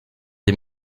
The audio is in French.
des